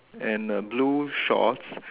and a blue shorts